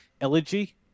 Elegy